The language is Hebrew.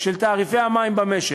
של תעריפי המים במשק.